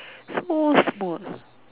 so small